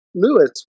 Lewis